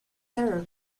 served